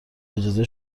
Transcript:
اجازه